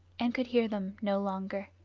and could hear them no longer.